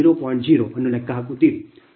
0 ಅನ್ನು ಲೆಕ್ಕ ಹಾಕುತ್ತೀರಿ